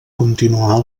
continuar